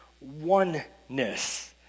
oneness